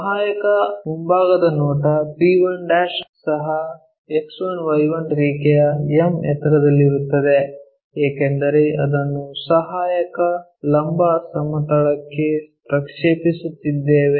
ಸಹಾಯಕ ಮುಂಭಾಗದ ನೋಟ p1 ಸಹ X1Y1 ರೇಖೆಯ m ಎತ್ತರದಲ್ಲಿರುತ್ತದೆ ಏಕೆಂದರೆ ಅದನ್ನು ಸಹಾಯಕ ಲಂಬ ಸಮತಲಕ್ಕೆ ಪ್ರಕ್ಷೇಪಿಸುತ್ತಿದ್ದೇವೆ